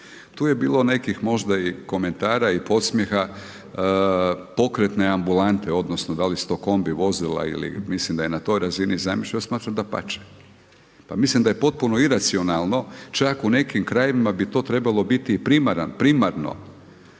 Tu je bilo nekih možda i komentara i podsmjeha, pokretne ambulante, odnosno da li su to kombi vozila ili mislim da je na toj razini zamišljeno, ja smatram dapače. Pa mislim da je potpuno iracionalno čak u nekim krajevima bi to trebalo biti primarno